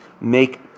make